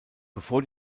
bevor